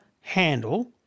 handle